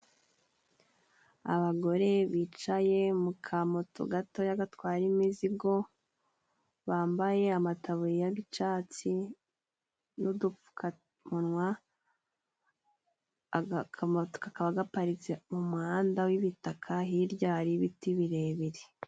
Abagore bicaye mu kamoto gatoya gatwara imizigo, bambaye amataburiya g'icatsi n'udupfukamunwa, akamoto kakaba gaparitse mu muhanda w'ibitaka, hirya hari ibiti birebire.